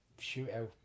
shootout